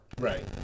Right